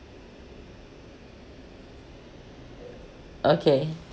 okay